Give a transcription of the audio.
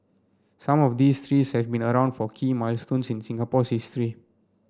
some of these trees have been around for key milestones in Singapore's history